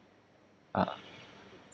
uh